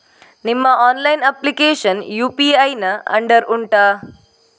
ನಿಮ್ಮ online application UPI ನ under ಉಂಟಾ